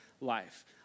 life